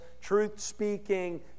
truth-speaking